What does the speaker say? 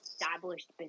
established